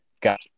got